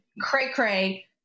cray-cray